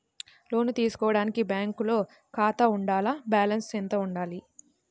లోను తీసుకోవడానికి బ్యాంకులో ఖాతా ఉండాల? బాలన్స్ ఎంత వుండాలి?